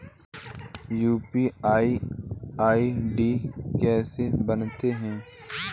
UPI ID कैसे बनाते हैं?